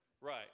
right